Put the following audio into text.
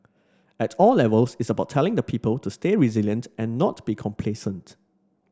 at all levels it's about telling the people to stay resilient and not be complacent